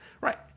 Right